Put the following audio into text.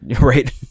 right